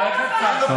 אותו דבר.